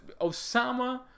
Osama